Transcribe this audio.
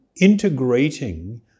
integrating